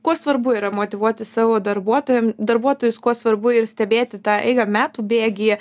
kuo svarbu yra motyvuoti savo darbuotojam darbuotojus kuo svarbu ir stebėti tą eigą metų bėgyje